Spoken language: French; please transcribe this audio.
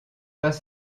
pas